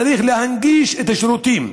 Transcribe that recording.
צריך להנגיש את השירותים.